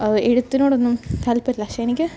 എഴുത്തിനോടൊന്നും താത്പര്യമില്ല പക്ഷെ എനിക്ക്